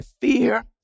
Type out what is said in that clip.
fear